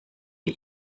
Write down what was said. wie